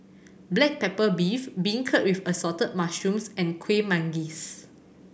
black pepper beef beancurd with Assorted Mushrooms and Kueh Manggis